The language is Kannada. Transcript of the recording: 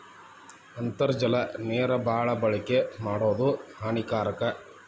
ಅಂತರ್ಜಲ ನೇರ ಬಾಳ ಬಳಕೆ ಮಾಡುದು ಹಾನಿಕಾರಕ